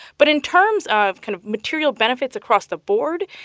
but in terms of kind of material benefits across the board,